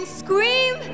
scream